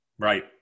Right